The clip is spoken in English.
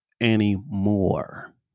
anymore